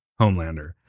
Homelander